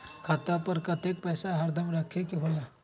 खाता पर कतेक पैसा हरदम रखखे के होला?